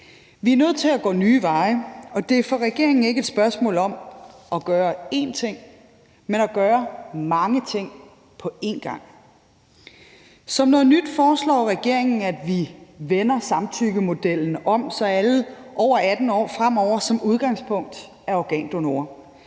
Vi er nødt til at gå nye veje, og det er for regeringen ikke et spørgsmål om at gøre én ting, men at gøre mange ting på én gang. Som noget nyt foreslår regeringen, at vi vender samtykkemodellen om, så alle over 18 år fremover som udgangspunkt er organdonorer.